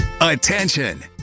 attention